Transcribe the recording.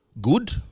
good